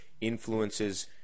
influences